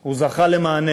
הוא זכה למענה.